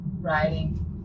riding